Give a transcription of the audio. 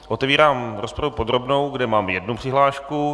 Otevírám rozpravu podrobnou, kde mám jednu přihlášku.